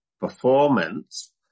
performance